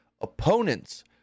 opponents